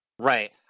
Right